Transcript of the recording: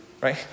Right